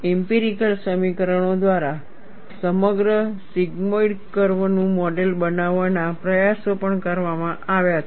empirical સમીકરણો દ્વારા સમગ્ર સિગ્મોઇડલ કર્વ નું મોડેલ બનાવવાના પ્રયાસો પણ કરવામાં આવ્યા છે